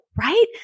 right